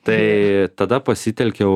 tai tada pasitelkiau